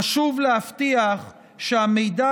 חשוב להבטיח שהמידע